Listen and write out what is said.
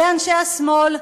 אלה אנשי השמאל.